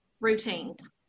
routines